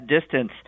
distance